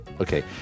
Okay